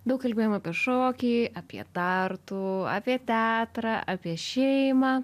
daug kalbėjom apie šokį apie tartu apie teatrą apie šeimą